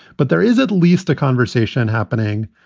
but there is at least a conversation happening.